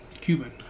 Cuban